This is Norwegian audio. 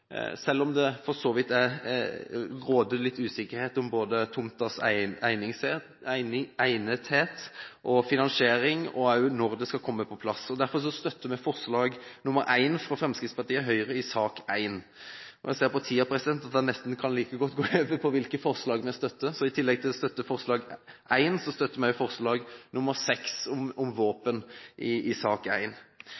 selv om det råder litt usikkerhet om tomtas egnethet og finansiering, og også når det skal komme på plass. Derfor støtter vi forslag nr. 1, fra Fremskrittspartiet og Høyre i sak nr. 1. Jeg ser på tiden at jeg like godt kan gå inn på hvilke forslag vi støtter: I tillegg støtter vi også forslag nr. 6, om